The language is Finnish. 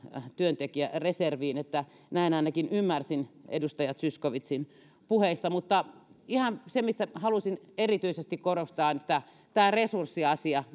työntekijäreserviin näin ainakin ymmärsin edustaja zyskowiczin puheista mutta se mitä halusin erityisesti korostaa on tämä resurssiasia